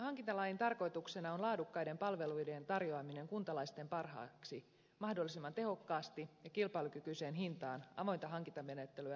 hankintalain tarkoituksena on laadukkaiden palveluiden tarjoaminen kuntalaisten parhaaksi mahdollisimman tehokkaasti ja kilpailukykyiseen hintaan avointa hankintamenettelyä noudattaen